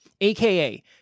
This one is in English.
AKA